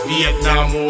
Vietnam